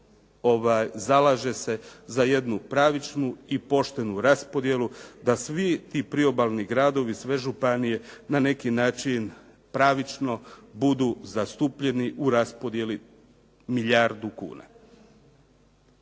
zalaže se za jednu pravičnu i poštenu raspodjelu da svi ti priobalni gradovi, sve županije na neki način pravično budu zastupljeni u raspodjeli milijardu kuna.